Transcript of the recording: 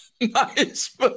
Nice